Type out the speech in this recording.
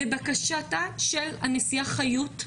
לבקשתה של הנשיאה חיות,